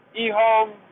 eHome